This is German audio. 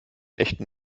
echten